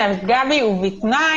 גם העיר וגם על חמישה כפרים בנפה.